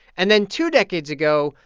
and then two decades ago,